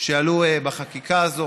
שעלו בחקיקה הזאת,